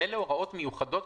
אלה הוראות מיוחדות,